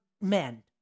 men